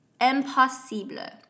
Impossible